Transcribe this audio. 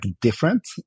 different